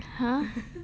!huh!